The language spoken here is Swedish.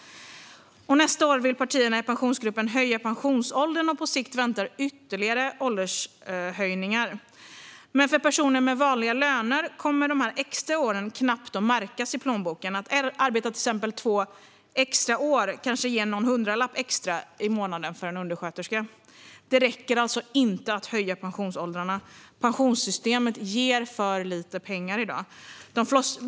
Nästa år vill partierna i Pensionsgruppen höja pensionsåldern, och på sikt väntar ytterligare åldershöjningar. Men för personer med vanliga löner kommer de extra åren knappt att märkas i plånboken. Att arbeta till exempel två extra år kanske ger någon hundralapp extra i månaden för en undersköterska. Det räcker alltså inte att höja pensionsåldrarna. Pensionssystemet ger för lite pengar i dag.